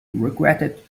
regretted